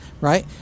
right